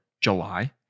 July